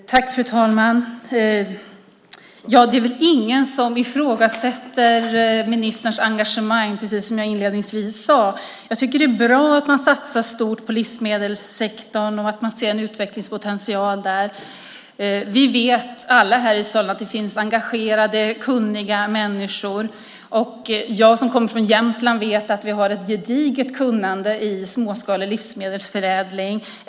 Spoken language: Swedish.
Fru talman! Som jag inledningsvis sade är det väl ingen som ifrågasätter ministerns engagemang. Jag tycker att det är bra att man satsar stort på livsmedelssektorn och att man ser en utvecklingspotential där. Vi vet alla här i salen att det finns engagerade kunniga människor. Jag som kommer från Jämtland vet att vi har ett gediget kunnande i småskalig livsmedelsförädling.